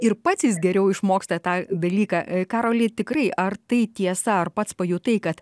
ir pats jis geriau išmoksta tą dalyką karoli tikrai ar tai tiesa ar pats pajutai kad